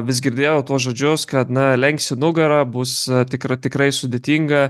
vis girdėjau tuos žodžius kad na lenksi nugarą bus tikr tikrai sudėtinga